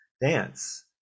dance